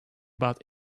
about